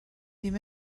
ddim